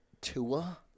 Tua